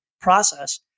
process